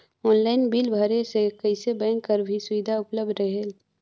Online bill भरे से कइसे बैंक कर भी सुविधा उपलब्ध रेहेल की?